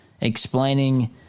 explaining